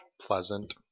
Pleasant